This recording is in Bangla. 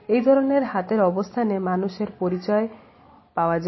এই ধরনের হাতের অবস্থান মানুষের পরিচয় দেয়